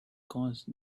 caused